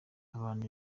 abantu